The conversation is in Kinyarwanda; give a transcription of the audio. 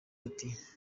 ati